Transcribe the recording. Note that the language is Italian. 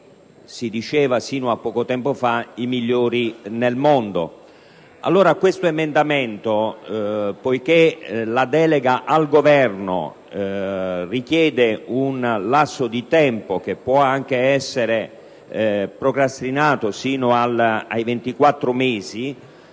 si diceva sino a poco tempo fa - i migliori nel mondo. Poiché la delega al Governo richiede un lasso di tempo che può anche essere procrastinato sino a 24 mesi,